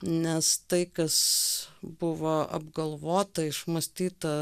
nes tai kas buvo apgalvota išmąstyta